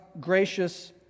gracious